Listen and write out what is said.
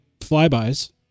flybys